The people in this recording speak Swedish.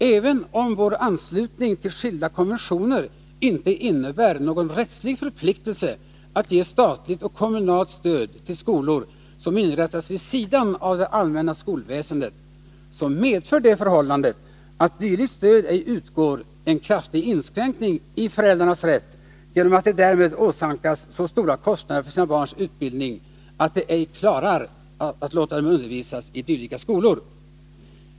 Även om vår anslutning till skilda konventioner inte innebär någon rättslig förpliktelse att ge statligt och kommunalt stöd till skolor som inrättas vid sidan av det allmänna skolväsendet, så medför det förhållandet att dylikt stöd ej utgår en kraftig inskränkning i föräldrarnas rätt genom att de därmed åsamkas så stora kostnader för sina barns utbildning att de ej klarar av att låta dem undervisas i dylika skolor.